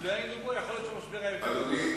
אם לא היינו פה, יכול להיות שהמשבר היה גדול יותר.